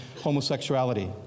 homosexuality